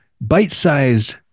bite-sized